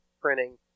printing